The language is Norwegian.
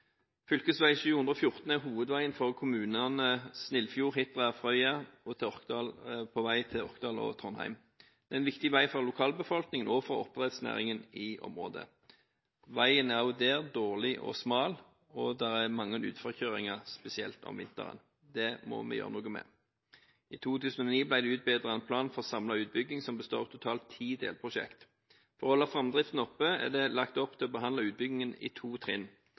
714 er hovedveien for kommunene Snillfjord, Hitra og Frøya til Orkdal og Trondheim. Det er en viktig vei for lokalbefolkningen og for oppdrettsnæringen i området. Veien er òg der dårlig og smal, og det er mange utforkjøringer, spesielt om vinteren. Det må vi gjøre noe med. I 2009 ble det utarbeidet en plan for samlet utbygging som består av totalt ti delprosjekt. For å holde framdriften oppe er det lagt opp til å behandle utbyggingen i to trinn.